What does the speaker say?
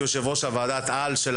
ויש לי ביקורת גם על הקבוצה שאני אוהד,